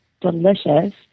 delicious